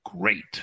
great